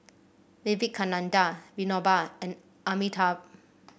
Vivekananda Vinoba and Amitabh